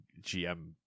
GM